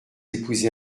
épousé